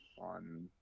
on